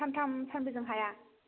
सान्थाम सानब्रैजों हाया